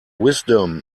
wisdom